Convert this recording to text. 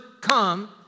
come